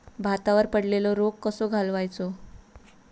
भातावर पडलेलो रोग कसो घालवायचो?